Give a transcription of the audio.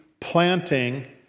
planting